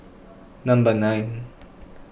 number nine